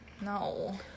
No